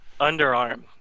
underarm